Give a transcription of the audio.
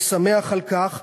אני שמח על כך,